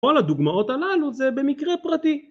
כל הדוגמאות הללו זה במקרה פרטי